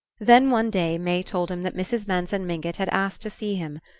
then one day may told him that mrs. manson mingott had asked to see him.